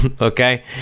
okay